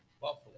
Buffalo